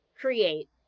create